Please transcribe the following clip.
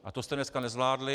A to jste dneska nezvládli.